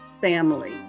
family